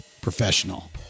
professional